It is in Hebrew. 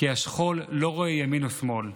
כי השכול לא רואה ימין או שמאל.